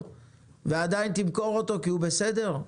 ועדיין תמכור אותו כי הוא בסדר.